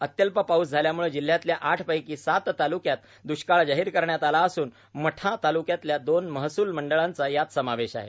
अत्यल्प पाऊस झाल्यामुळे जिल्ह्यातल्या आठ पैकी सात तालुक्यात दुष्काळ जाहीर करण्यात आला असून मंठा तालुक्यातल्या दोन महसूल मंडळांचा यात समावेश आहे